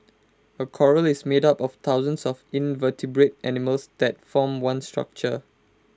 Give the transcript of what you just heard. A Coral is made up of thousands of invertebrate animals that form one structure